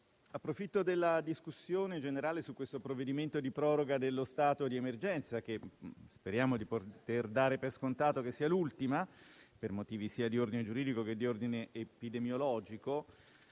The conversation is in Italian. approfitto della discussione generale su questo provvedimento di proroga dello stato di emergenza - e speriamo di poter dare per scontato che sia l'ultima, per motivi sia di ordine giuridico che di ordine epidemiologico